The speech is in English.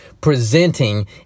presenting